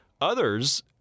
Others